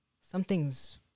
something's